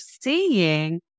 seeing